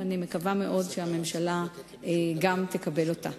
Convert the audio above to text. ואני מקווה מאוד שהממשלה תקבל אותה.